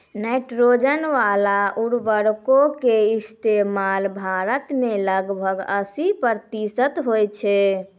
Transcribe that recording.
nitrogen बाला उर्वरको के इस्तेमाल भारत मे लगभग अस्सी प्रतिशत होय छै